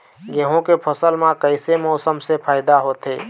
गेहूं के फसल म कइसे मौसम से फायदा होथे?